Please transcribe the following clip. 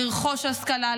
לרכוש השכלה,